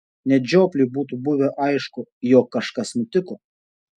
net žiopliui būtų buvę aišku jog kažkas nutiko